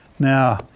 Now